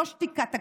לא שתיקת הכבשים,